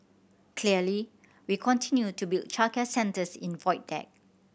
clearly we continue to build childcare centres in Void Deck